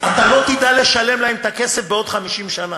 אתה לא תדע לשלם להם את הכסף בעוד 50 שנה.